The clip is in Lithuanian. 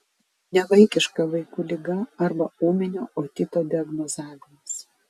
nevaikiška vaikų liga arba ūminio otito diagnozavimas